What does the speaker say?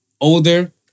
older